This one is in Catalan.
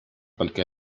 perquè